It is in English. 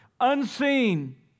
Unseen